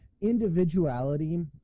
individuality